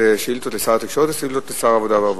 אלה שאילתות לשר התקשורת או שאילתות לשר העבודה והרווחה?